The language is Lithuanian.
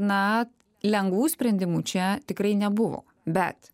na lengvų sprendimų čia tikrai nebuvo bet